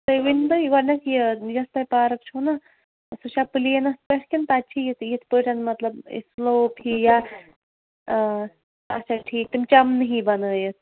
تُہۍ ؤنۍتو یہِ گۄڈٕنٮ۪تھ یہِ یۄس تۄہہِ پارک چھو نَہ سۄ چھےٚ پٕلینس پٮ۪ٹھ کِن تَتہِ چھُ یِتہٕ یِتھ پٲٹھۍ مطلب سٕلوپ ہی یا اَچھا ٹھیٖک تِم چمنہٕ ہی بَنٲیِتھ